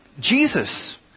Jesus